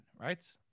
Right